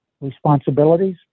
responsibilities